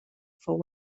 fou